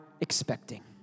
expecting